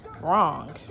wrong